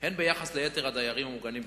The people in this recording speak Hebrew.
הן ביחס ליתר הדיירים המוגנים בישראל,